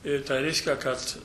ir tai reiškia kad